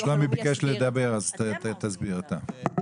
שלומי ביקש לדבר, אז תסביר אתה.